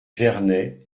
vernay